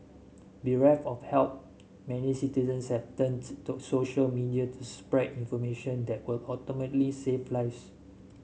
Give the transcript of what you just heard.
bereft of help many citizens have turned to social media to spread information that would ultimately save lives